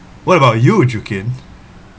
what about you ju kin